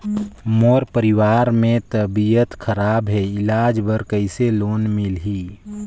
मोर परवार मे तबियत खराब हे इलाज बर कइसे लोन मिलही?